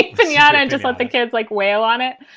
yeah out and just let the kids, like, wail on it.